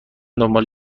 دنبال